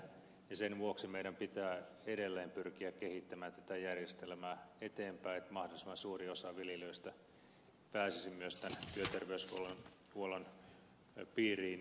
sen vuoksi meidän pitää edelleen pyrkiä kehittämään tätä järjestelmää eteenpäin että mahdollisimman suuri osa viljelijöistä pääsisi myös työterveyshuollon piiriin